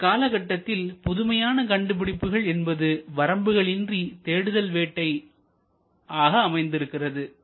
இன்றைய காலத்தில் புதுமையான கண்டுபிடிப்புகள் என்பது வரம்புகள் இன்றி தேடுதல் வேட்டை ஆக அமைந்திருக்கிறது